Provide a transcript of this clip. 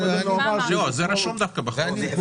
לא, זה רשום דווקא בחוק.